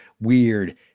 weird